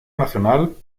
nacional